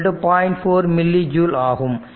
4 millijoule ஆகும்